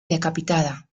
decapitada